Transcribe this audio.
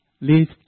leave